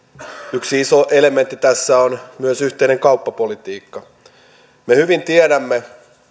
yksi iso elementti tässä on myös yhteinen kauppapolitiikka me hyvin tiedämme